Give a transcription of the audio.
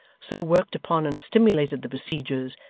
so worked upon and stimulated the besiegers,